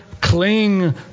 cling